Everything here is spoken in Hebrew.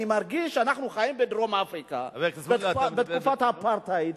אני מרגיש שאנחנו כאילו חיים בדרום-אפריקה בתקופת האפרטהייד.